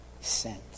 sent